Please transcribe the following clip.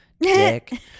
dick